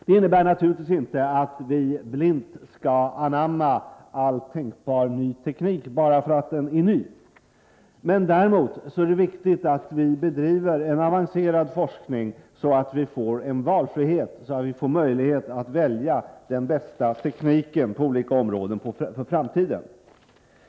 Det innebär naturligtvis inte att vi blint skall anamma all tänkbar ny teknik bara därför att den är ny, men det är viktigt att vi bedriver en avancerad forskning, så att vi får valfrihet och får möjlighet att välja den bästa tekniken på olika områden för framtiden.